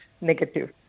negative